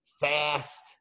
fast